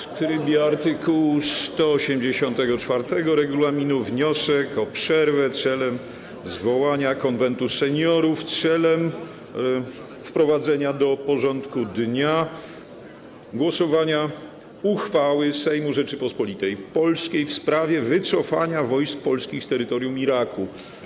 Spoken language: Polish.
W trybie art. 184 regulaminu - wniosek o przerwę w celu zwołania Konwentu Seniorów, w celu wprowadzenia do porządku dnia głosowania nad uchwałą Sejmu Rzeczypospolitej Polskiej w sprawie wycofania wojsk polskich z terytorium Iraku.